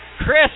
Chris